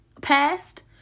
past